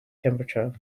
temperature